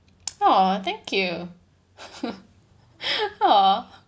!aww! thank you !aww!